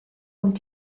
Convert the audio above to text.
und